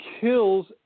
kills